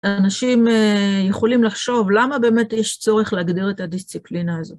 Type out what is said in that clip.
אנשים יכולים לחשוב למה באמת יש צורך להגדיר את הדיסציפלינה הזאת.